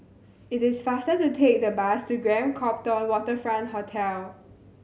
it is faster to take the bus to Grand Copthorne Waterfront Hotel